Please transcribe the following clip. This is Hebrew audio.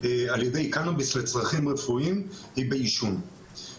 על-ידי קנביס לצרכים רפואיים היא בעישון.